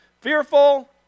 fearful